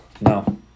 No